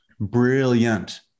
brilliant